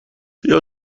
بیا